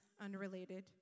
unrelated